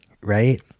right